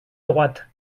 droite